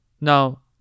Now